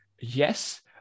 yes